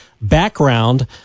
background